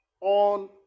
on